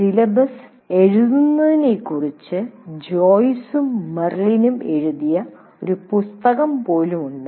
syllabus എഴുതുന്നതിനെക്കുറിച്ച് ജോയ്സും മെർലിനും എഴുതിയ ഒരു പുസ്തകം പോലും ഉണ്ട്